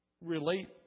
relate